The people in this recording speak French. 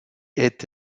est